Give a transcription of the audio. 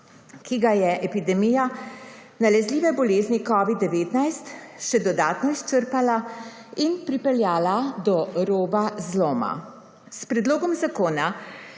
ki ga je epidemija nalezljive bolezni Covid-19 še dodatno izčrpala in pripeljala do roba zloma. S predlogom zakona